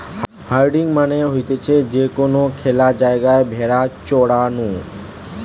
herding মানে হতিছে যে কোনো খ্যালা জায়গায় ভেড়া চরানো